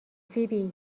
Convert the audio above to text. فیبی